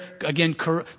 again